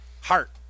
Heart